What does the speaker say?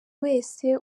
wese